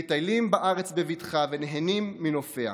מטיילים בארץ בבטחה ונהנים מנופיה.